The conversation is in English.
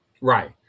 Right